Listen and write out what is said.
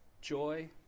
Joy